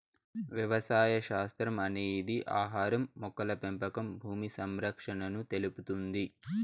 వ్యవసాయ శాస్త్రం అనేది ఆహారం, మొక్కల పెంపకం భూమి సంరక్షణను తెలుపుతుంది